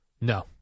No